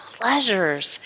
pleasures